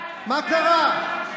מה קרה?